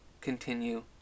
continue